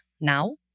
now